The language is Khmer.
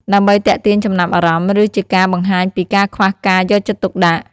ដើម្បីទាក់ទាញចំណាប់អារម្មណ៍ ឬជាការបង្ហាញពីការខ្វះការយកចិត្តទុកដាក់។